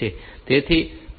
તેથી તમે તે કરી શકો છો